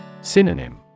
Synonym